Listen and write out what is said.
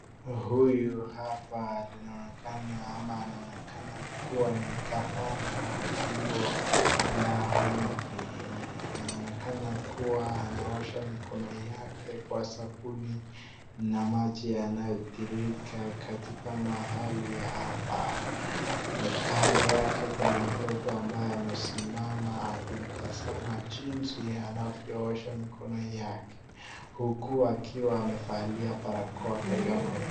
Huyu hapa, linaonekana ama anaonekana ni gavana wa jimbo la Homa Bay. Anaonekana kuwa anaosha mikono yake kwa sabuni na maji yanoyo tiririka katika mahali hapa. Kundi yake kuna mtoto aleyesimama akimtaza jinzi anaosha mikono yake , huku Amevalia barakoa katika mapua yake.